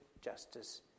justice